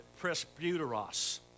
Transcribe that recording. presbyteros